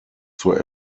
zur